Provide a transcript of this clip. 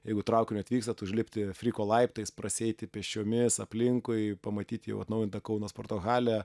jeigu traukiniu atvykstat užlipti fryko laiptais prasieiti pėsčiomis aplinkui pamatyti jau atnaujintą kauno sporto halę